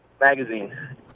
Magazine